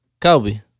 Kobe